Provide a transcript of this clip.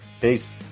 Peace